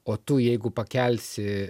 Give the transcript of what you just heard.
o tu jeigu pakelsi